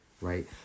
right